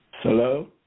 Hello